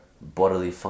bodily